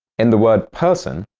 in the word person,